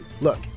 Look